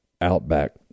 Outback